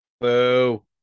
Boo